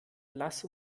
lasst